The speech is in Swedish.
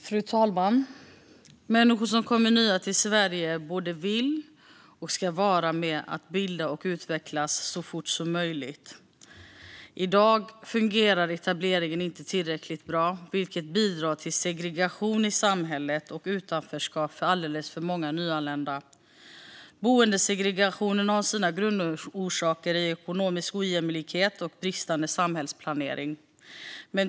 Fru talman! Människor som kommer nya till Sverige både vill och ska vara med och bidra och utvecklas så fort som möjligt. I dag fungerar etableringen inte tillräckligt bra, vilket bidrar till segregation i samhället och utanförskap för alldeles för många nyanlända. Boendesegregationen har sina grundorsaker i ekonomisk ojämlikhet och bristande samhällsplanering.